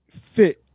fit